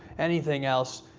anything else,